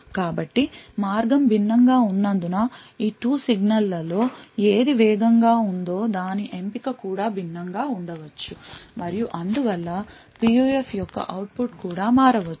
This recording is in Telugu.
కాబట్టి మార్గం భిన్నంగా ఉన్నందున ఈ 2 సిగ్నల్ల లో ఏది వేగంగా ఉందో దాని ఎంపిక కూడా భిన్నంగా ఉండవచ్చు మరియు అందువల్ల PUF యొక్క అవుట్పుట్ కూడా మారవచ్చు